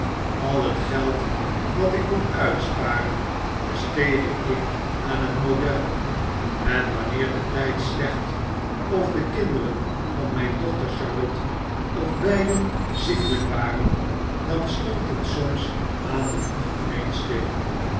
al het v geld dat ik kon uitsparen besteedde ik aan het model en wanneer de tyd slecht of de kinderen van mijn dochter charlotte of beiden ziekelyk waren dan stond het soms maanden achtereen stil